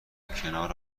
کنار